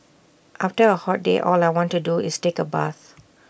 after A hot day all I want to do is take A bath